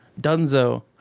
Dunzo